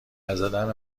نزدن